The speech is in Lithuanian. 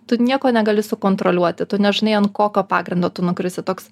tu nieko negali sukontroliuoti tu nežinai ant kokio pagrindo tu nukrisi toks